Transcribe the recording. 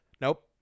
Nope